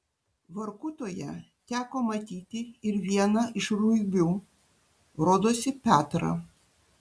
vorkutoje teko matyti ir vieną iš ruibių rodosi petrą